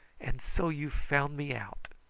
and so you've found me out!